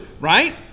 right